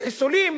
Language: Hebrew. שחיסולים